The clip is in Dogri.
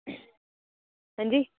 हां जी